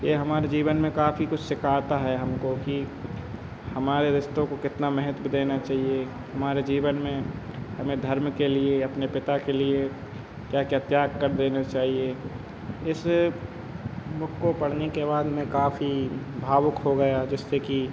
यह हमारे जीवन में काफ़ी कुछ सिखाता है हमको कि हमारे रिश्तों को कितना महत्व देना चाहिए हमारे जीवन में हमें धर्म के लिए अपने पिता के लिए क्या क्या त्याग कर देने चाहिए इस बुक को पढ़ने के बाद मैं काफ़ी भावुक हो गया जिससे कि